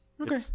Okay